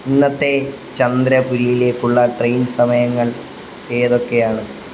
ഇന്നത്തെ ചന്ദ്രപുരിയിലേക്കുള്ള ട്രേയ്ൻ സമയങ്ങൾ ഏതൊക്കെയാണ്